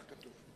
כך כתוב.